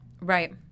Right